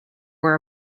were